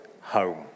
home